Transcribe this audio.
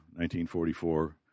1944